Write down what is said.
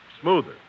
smoother